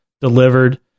delivered